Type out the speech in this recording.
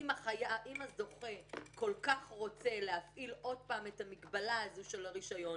שאם הזוכה כל כך רוצה להפעיל את המגבלה של הרישיון,